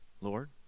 Lord